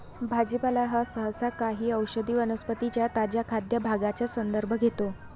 भाजीपाला हा सहसा काही औषधी वनस्पतीं च्या ताज्या खाद्य भागांचा संदर्भ घेतो